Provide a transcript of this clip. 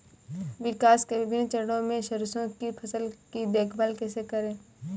विकास के विभिन्न चरणों में सरसों की फसल की देखभाल कैसे करें?